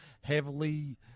heavily